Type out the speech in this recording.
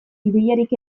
ideiarik